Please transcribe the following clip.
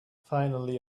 finally